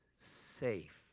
safe